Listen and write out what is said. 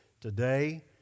today